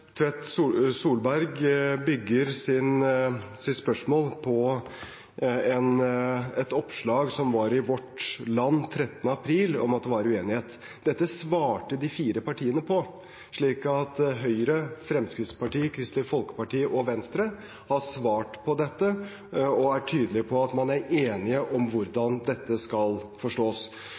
Solberg bygger sitt spørsmål på et oppslag i Vårt Land 13. april om at det var uenighet. Dette svarte de fire partiene på. Høyre, Fremskrittspartiet, Kristelig Folkeparti og Venstre har svart på dette og er tydelige på at de er enige om hvordan dette skal forstås.